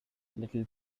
little